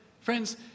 friends